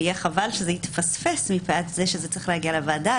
ויהיה חבל שזה יתפספס מפאת זה שזה צריך להגיע לוועדה.